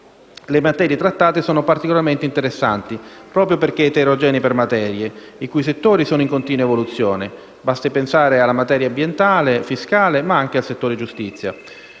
le materie trattate sono particolarmente interessanti proprio perché eterogenee per materia, i cui settori sono in continua evoluzione. Basti pensare alla materia ambientale, a quella fiscale ma anche al settore giustizia.